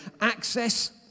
access